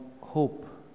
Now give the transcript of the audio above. hope